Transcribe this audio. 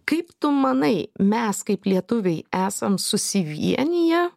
kaip tu manai mes kaip lietuviai esam susivieniję